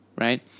Right